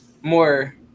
more